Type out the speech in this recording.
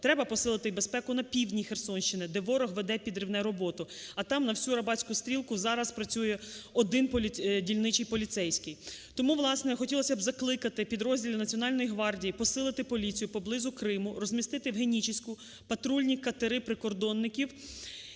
треба посилити і безпеку на півдні Херсонщини, де ворог веде підривну роботу, а там на всю Арабатську стрілку зараз працює один дільничний поліцейський. Тому, власне, хотілося б закликати підрозділи Національної гвардії посилити поліцію поблизу Криму, розмістити в Генічеську патрульні катери прикордонників